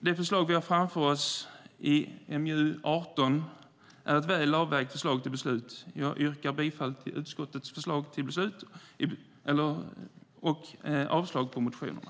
Det förslag vi har framför oss i MJU18 är ett väl avvägt förslag till beslut. Jag yrkar bifall till utskottets förslag till beslut och avslag på motionerna.